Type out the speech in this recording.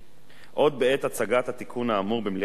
עוד בעת הצגת התיקון האמור במליאת הכנסת